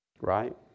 Right